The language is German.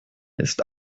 ist